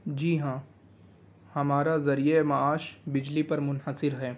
جی ہاں ہمارا ذریعہ معاش بجلی پر منحصر ہے